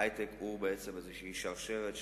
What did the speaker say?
ההיי-טק בעצם הוא איזושהי שרשרת,